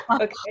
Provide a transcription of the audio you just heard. okay